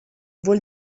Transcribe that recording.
vuol